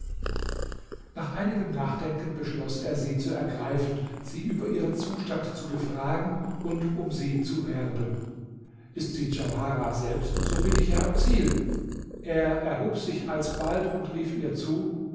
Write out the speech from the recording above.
nach einigem nachdenken beschloß er sie zu ergreifen sie über ihren zustand zu befragen und um sie zu werben ist sie djauharah selbst so bin ich ja am ziel er erhob sich alsbald und rief ihr zu